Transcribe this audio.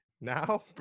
now